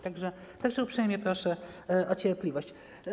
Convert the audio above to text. Tak że uprzejmie proszę o cierpliwość.